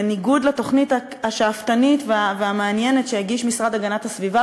בניגוד לתוכנית השאפתנית והמעניינת שהגיש המשרד להגנת הסביבה,